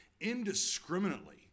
indiscriminately